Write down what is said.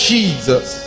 Jesus